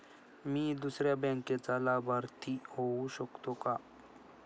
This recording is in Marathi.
मी दुसऱ्या बँकेचा लाभार्थी होऊ शकतो का?